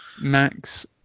Max